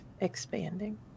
expanding